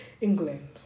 England